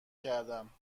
کردم